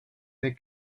they